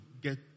get